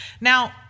Now